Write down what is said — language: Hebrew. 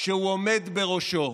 שהוא עומד בראשו,